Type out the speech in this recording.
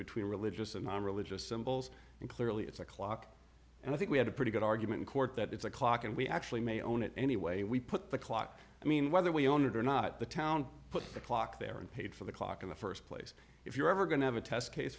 between religious and non religious symbols and clearly it's a clock and i think we had a pretty good argument court that it's a clock and we actually may own it anyway we put the clock i mean whether we own it or not the town put the clock there and paid for the clock in the st place if you're ever going to have a test case